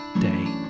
day